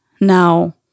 Now